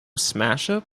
smashup